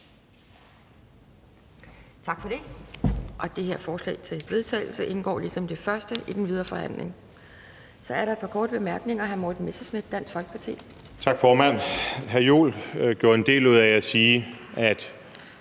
Tak for det. Det her forslag til vedtagelse indgår ligesom det første i den videre forhandling. Så er der et par korte bemærkninger. Hr. Morten Messerschmidt, Dansk Folkeparti. Kl. 11:29 Morten Messerschmidt (DF): Tak, formand. Hr. Jens Joel gjorde en del ud af at sige, at